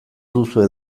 duzue